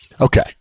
okay